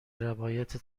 روایت